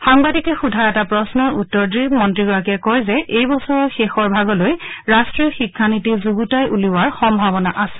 সাংবাদিকে সোধা এটা প্ৰশ্নৰ উত্তৰ দি মন্ত্ৰীগৰাকীয়ে কয় যে এই বছৰৰ শেষভাগলৈ ৰাষ্ট্ৰীয় শিক্ষানীতি যুগুতাই উলিওৱাৰ সম্ভাৱনা আছে